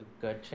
good